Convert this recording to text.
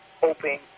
hoping